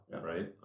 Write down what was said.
right